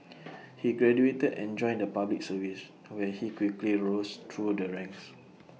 he graduated and joined the Public Service where he quickly rose through the ranks